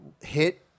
hit